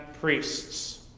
priests